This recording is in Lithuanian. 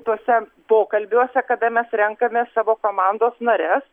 tuose pokalbiuose kada mes renkame savo komandos nares